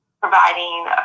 providing